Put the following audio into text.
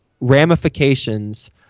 ramifications